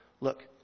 look